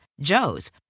Joe's